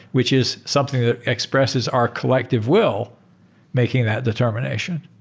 which is something that expresses our collective will making that determination.